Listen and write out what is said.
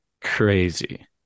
crazy